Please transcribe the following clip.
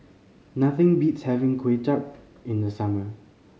nothing beats having Kuay Chap in the summer